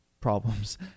problems